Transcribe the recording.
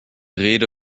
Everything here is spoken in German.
rede